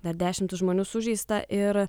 dar dešimtys žmonių sužeista ir